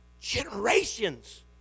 Generations